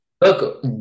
Look